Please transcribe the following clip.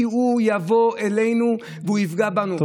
כי הוא יבוא אלינו והוא יפגע בנו.